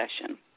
session